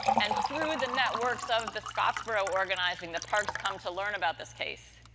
and, through the networks of the scottsboro organizing, the parks come to learn about this case.